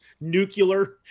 nuclear